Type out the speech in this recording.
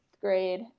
grade